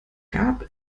gab